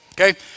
Okay